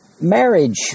marriage